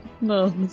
no